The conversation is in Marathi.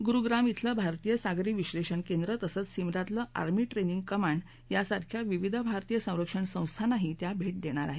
गुरुग्राम खेलं भारतीय सागरी विशलेषण केंद्र तसंच सिमलातलं आर्मी ट्रेनिंग कमांड सारख्या विविध भारतीय सरक्षण संस्थानाही त्या भेट देणार आहेत